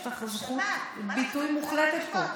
יש לך זכות ביטוי מוחלטת פה.